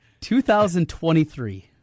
2023